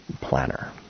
planner